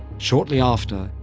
shortly after,